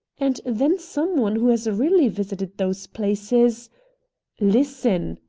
and then some one who has really visited those places listen!